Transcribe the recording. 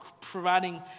providing